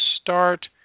start